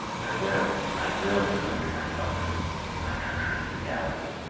i will, i will surrender myself to him, with my country as a dowry,